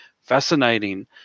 fascinating